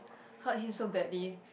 hurt him so badly